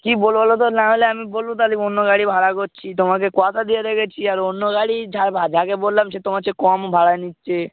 কী বলবো বলো তো নাহলে আমি বলবো তাহলে অন্য গাড়ি ভাড়া করছি তোমাকে কথা দিয়ে রেখেছি আর অন্য গাড়ি যা বা যাকে বললাম সে তোমার চেয়ে কম ভাড়া নিচ্ছে